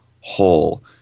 whole